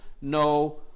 no